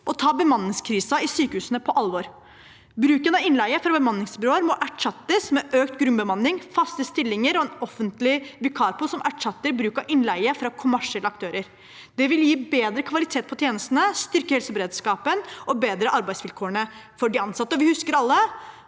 å ta bemanningskrisen i sykehusene på alvor. Bruken av innleie fra bemanningsbyråer må erstattes med økt grunnbemanning, faste stillinger og en offentlig vikarpool som erstatter bruk av innleie fra kommersielle aktører. Det vil gi bedre kvalitet på tjenestene, styrke helseberedskapen og bedre arbeidsvilkårene for de ansatte. Vi husker alle